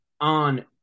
on